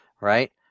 right